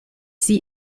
sie